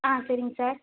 ஆ சரிங்க சார்